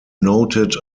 noted